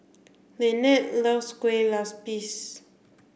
Lynette loves Kueh Lupis